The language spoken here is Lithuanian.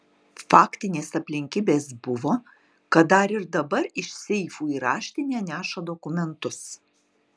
faktinės aplinkybės buvo kad dar ir dabar iš seifų į raštinę neša dokumentus